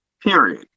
Period